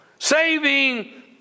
Saving